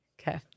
Okay